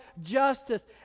justice